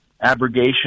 abrogation